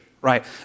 Right